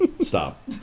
Stop